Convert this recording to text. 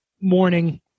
Morning